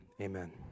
amen